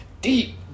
Deep